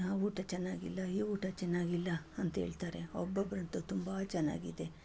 ಆ ಊಟ ಚೆನ್ನಾಗಿಲ್ಲ ಈ ಊಟ ಚೆನ್ನಾಗಿಲ್ಲ ಅಂತ ಹೇಳ್ತಾರೆ ಒಬ್ಬೊಬ್ಬರಂತೂ ತುಂಬ ಚೆನ್ನಾಗಿದೆ